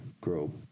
grow